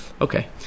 Okay